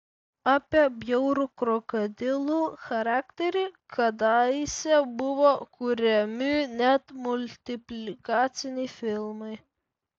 apie bjaurų krokodilų charakterį kadaise buvo kuriami net multiplikaciniai filmai